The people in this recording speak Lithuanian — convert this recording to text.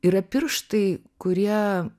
yra pirštai kurie